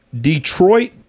Detroit